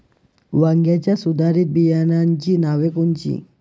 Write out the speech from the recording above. वांग्याच्या सुधारित बियाणांची नावे कोनची?